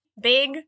Big